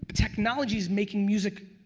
technology's making music,